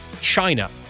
China